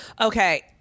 Okay